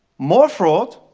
more fraud,